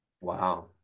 Wow